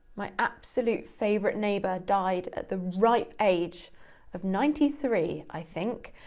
my absolute favourite neighbour died at the ripe age of ninety three, i think.